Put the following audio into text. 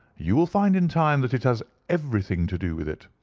you will find in time that it has everything to do with it.